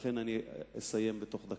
ולכן אסיים בתוך דקה.